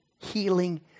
healing